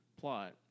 plot